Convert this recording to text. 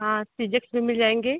हाँ सीजक्स भी मिल जाएंगे